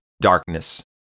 darkness